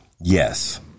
yes